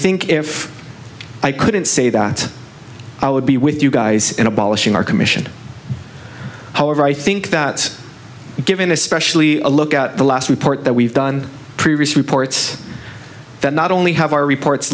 think if i couldn't say that i would be with you guys in abolishing our commission however i think that given especially a look at the last report that we've done previous reports that not only have our reports